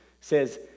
says